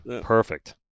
Perfect